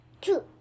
Two